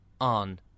on